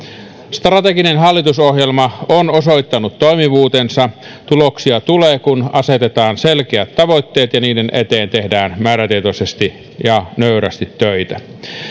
strateginen hallitusohjelma on osoittanut toimivuutensa tuloksia tulee kun asetetaan selkeät tavoitteet ja niiden eteen tehdään määrätietoisesti ja nöyrästi töitä